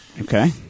Okay